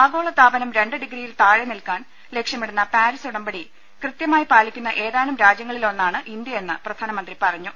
ആഗോളതാപനം രണ്ട് ഡിഗ്രിയിൽ താഴെ നിലനിർത്താൻ ലക്ഷ്യമിടുന്ന പാരീസ് ഉടമ്പടി കൃത്യ മായി പാലിക്കുന്ന ഏതാനും രാജ്യങ്ങളിലൊന്നാണ് ഇന്ത്യയെന്ന് പ്രധാന മന്ത്രി പറഞ്ഞു